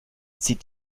zieht